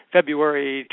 February